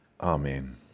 Amen